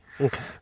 Okay